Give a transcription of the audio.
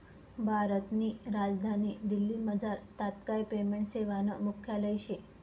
भारतनी राजधानी दिल्लीमझार तात्काय पेमेंट सेवानं मुख्यालय शे